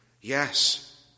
Yes